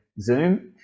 zoom